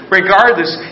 regardless